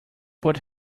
but